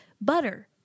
butter